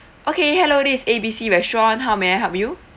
okay hello this is A B C restaurant how may I help you